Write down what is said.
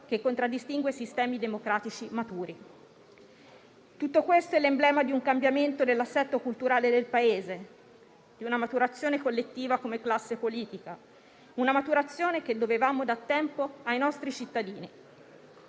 che contraddistingue i sistemi democratici maturi. Tutto ciò è l'emblema di un cambiamento dell'assetto culturale del Paese, di una maturazione collettiva come classe politica che dovevamo da tempo ai nostri cittadini.